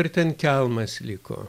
ir ten kelmas liko